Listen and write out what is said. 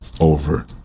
over